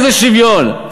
איזה שוויון?